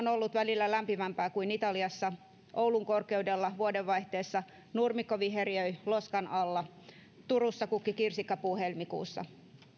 on ollut välillä lämpimämpää kuin italiassa oulun korkeudella vuodenvaihteessa nurmikko viheriöi loskan alla turussa kukki kirsikkapuu helmikuussa